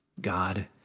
God